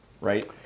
right